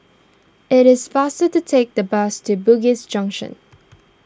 it is faster to take the bus to Bugis Junction